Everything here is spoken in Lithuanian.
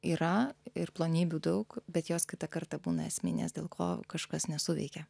yra ir plonybių daug bet jos kitą kartą būna esminės dėl ko kažkas nesuveikia